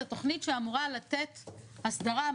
זו תכנית שאמורה לתת הסדרה,